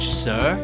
sir